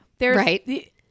Right